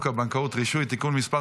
הבנקאות (רישוי) (תיקון מס'